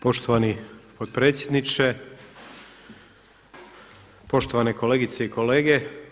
Poštovani potpredsjedniče, poštovane kolegice i kolege.